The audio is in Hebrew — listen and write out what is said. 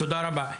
תודה רבה.